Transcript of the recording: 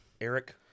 Eric